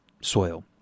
soil